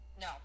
No